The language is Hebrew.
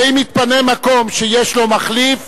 ואם התפנה מקום שיש לו מחליף,